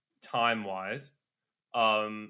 time-wise